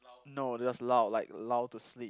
no it was lull like lull to sleep